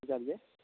की कहलियै